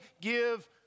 give